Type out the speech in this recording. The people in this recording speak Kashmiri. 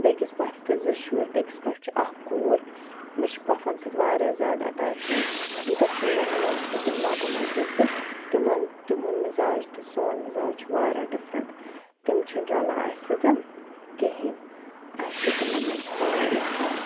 بیٚکِس پۄفہِ تہِ زٕ شُرۍ بیٚکِس پۄفہِ چھِ اکھ کوٗر مےٚ چھِ پۄفَن سۭتۍ واریاہ زیادٕ اَٹیچمینٹ تیوٗتاہ چھُنہٕ مےٚ ہُمَن سۭتۍ ماتامالکٮ۪ن سۭتۍ تِمَن تِہُنٛد مِزاج تہٕ سون مِزاج چھُ واریاہ ڈِفرَنٛٹ تِم چھِنہٕ رَلان اَسہِ سۭتۍ کِہِیٖنۍ اَسہِ تہٕ تِمَن مَنٛز چھِ واریاہ فَرَق